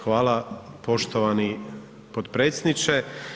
Hvala poštovani potpredsjedniče.